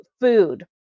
food